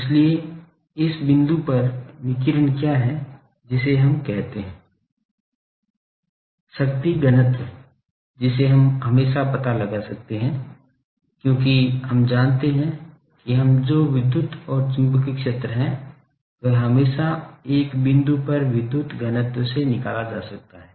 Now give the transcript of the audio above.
इसलिए इस बिंदु पर विकिरण क्या है जिसे हम कहते हैं शक्ति घनत्व जिसे हम हमेशा पता लगा सकते हैं क्योंकि हम जानते हैं कि हम जो विद्युत और चुंबकीय क्षेत्र है वह हमेशा एक बिंदु पर विद्युत घनत्व से निकला जा सकता है